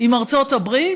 עם ארצות הברית.